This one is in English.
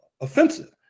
offensive